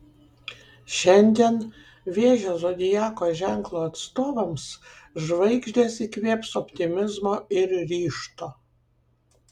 šiandien vėžio zodiako ženklo atstovams žvaigždės įkvėps optimizmo ir ryžto